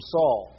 Saul